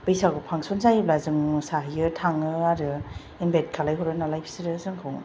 बैसागु function जायोब्ला जों मोसाहैयो थाङो आरो इनभाइट खालामहरो नालाय बिसोरो जोंखौ